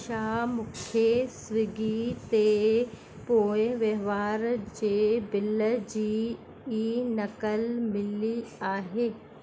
छा मूंखे स्विगी ते पोएं वहिंवार जे बिल जी ई नक़ल मिली आहे